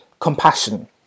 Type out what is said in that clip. compassion